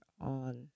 on